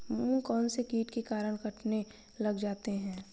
मूंग कौनसे कीट के कारण कटने लग जाते हैं?